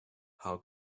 how